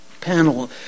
panel